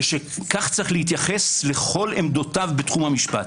יש להתייחס לכל עמדותיו בתחום המשפט,